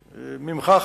ממך,